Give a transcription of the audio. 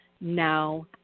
now